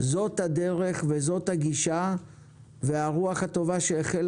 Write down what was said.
זאת הדרך וזאת הגישה והרוח הטובה שהחלה